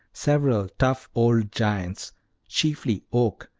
several tough old giants chiefly oak,